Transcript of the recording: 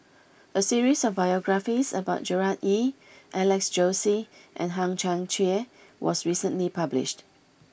a series of biographies about Gerard Ee Alex Josey and Hang Chang Chieh was recently published